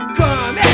come